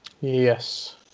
Yes